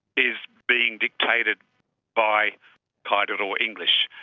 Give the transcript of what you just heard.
is being dictated by kayardild or english,